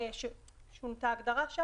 שונתה שם ההגדרה.